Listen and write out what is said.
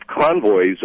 convoys